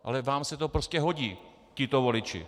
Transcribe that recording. Ale vám se to prostě hodí, tito voliči.